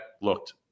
looked